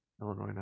Illinois